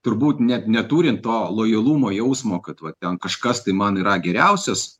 turbūt net neturint to lojalumo jausmo kad va ten kažkas tai man yra geriausias